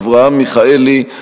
אברהם מיכאלי,